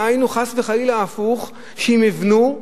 היינו, חס וחלילה הפוך, שאם יבנו,